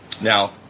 Now